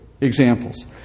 examples